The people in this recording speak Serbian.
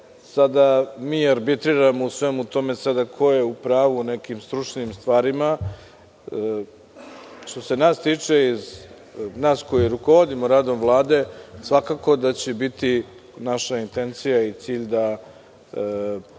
sada mi arbitriramo u svemu tome, ko je u pravu u nekim stručnim stvarima. Što se nas tiče, nas koji rukovodimo radom Vlade, svakako da će biti naša intencija i cilj da